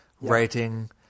writing